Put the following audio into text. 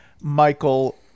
Michael